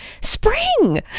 Spring